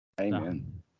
Amen